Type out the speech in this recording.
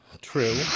True